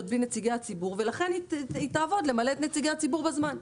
בלי נציגי הציבור ולכן היא תעבוד על מנת למנות את נציגי הציבור בזמן.